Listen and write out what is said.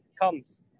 comes